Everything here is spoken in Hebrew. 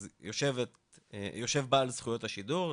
אז יושב בעל זכויות הציבור,